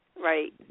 right